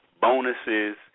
bonuses